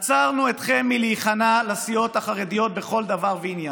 עצרנו אתכם מלהיכנע לסיעות החרדיות בכל דבר ועניין.